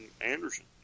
Anderson